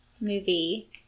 movie